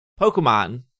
Pokemon